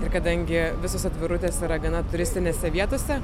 ir kadangi visos atvirutės yra gana turistinėse vietose